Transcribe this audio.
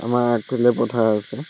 আমাৰ আগফালে পথাৰ আছে